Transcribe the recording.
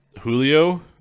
Julio